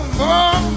more